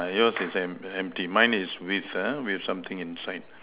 yours is emp~ empty mine is with ah with something inside